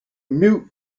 mute